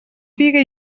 figa